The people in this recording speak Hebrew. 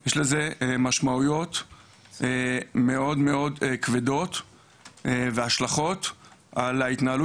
יש לזה משמעויות מאוד כבדות והשלכות על ההתנהלות